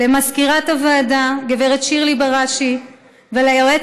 למזכירת הוועדה גב' שירלי בראשי וליועץ